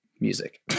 music